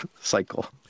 cycle